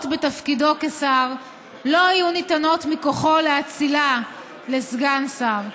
בתפקידו כשר לא יהיו ניתנות מכוחו לאצילה לסגן שר.